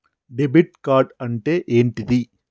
Debit card అంటే ఏంటిది?